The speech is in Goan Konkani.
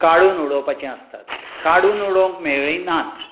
काडून उडोवपाचीं आसतात काडून उडोवंक मेळ्ळीं नात